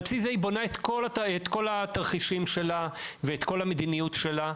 על בסיס זה היא בונה את כל התרחישים שלה ואת כל המדיניות שלה.